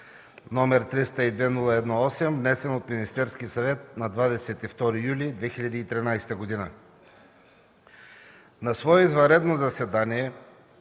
№ 302-01-8, внесен от Министерския съвет на 22 юли 2013 г.